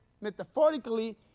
metaphorically